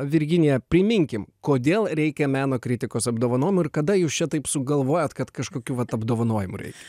virginija priminkim kodėl reikia meno kritikos apdovanojimų ir kada jūs čia taip sugalvojote kad kažkokių vat apdovanojimų reikia